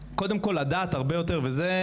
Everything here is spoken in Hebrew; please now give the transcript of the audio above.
יש פה כנראה שיקול כלכלי שהנחה את האיגוד.